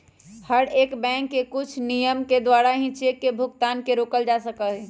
हर एक बैंक के कुछ नियम के द्वारा ही चेक भुगतान के रोकल जा सका हई